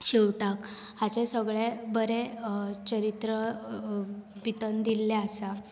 शेवटाक हाचे सगळे बरें चरित्र अ भितन दिल्लें आसा